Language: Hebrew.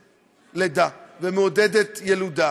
חובתו גם לדבר עליה ולפעול גם להחליף את הליכוד.